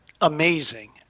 amazing